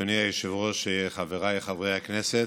אדוני היושב-ראש, חבריי חברי הכנסת,